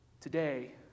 today